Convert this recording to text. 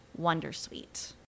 wondersuite